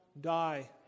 die